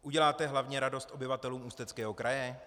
Uděláte hlavně radost obyvatelům Ústeckého kraje?